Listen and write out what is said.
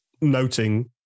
noting